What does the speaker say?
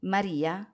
Maria